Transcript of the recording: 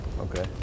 Okay